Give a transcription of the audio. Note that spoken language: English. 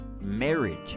Marriage